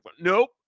Nope